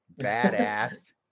badass